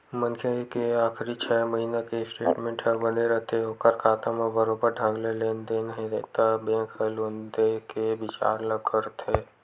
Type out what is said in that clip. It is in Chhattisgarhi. मनखे के आखरी छै महिना के स्टेटमेंट ह बने रथे ओखर खाता म बरोबर ढंग ले लेन देन हे त बेंक ह लोन देय के बिचार ल करथे